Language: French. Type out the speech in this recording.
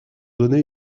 donné